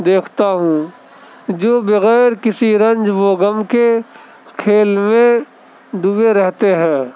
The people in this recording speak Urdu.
دیکھتا ہوں جو بغیر کسی رنج و غم کے کھیل میں ڈوبے رہتے ہیں